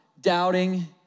doubting